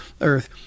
Earth